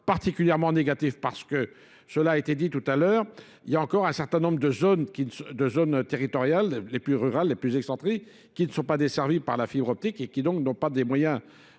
particulièrement négatif parce que cela a été dit tout à l'heure, il y a encore un certain nombre de zones territoriales, les plus rurales, les plus excentriques, qui ne sont pas desservies par la fibre optique et qui donc n'ont pas des moyens